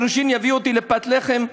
הגירושין יביאו אותי לפת לחם.